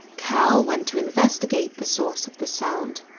cal went to investigate the source of the sound.